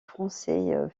français